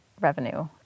revenue